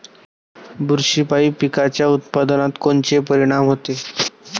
बुरशीपायी पिकाच्या उत्पादनात कोनचे परीनाम होते?